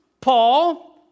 Paul